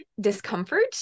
discomfort